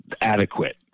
adequate